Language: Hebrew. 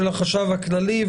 של החשב הכללי,